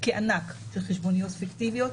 תיקי ענק של חשבוניות פיקטיביות,